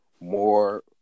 more